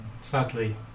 sadly